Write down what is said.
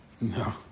No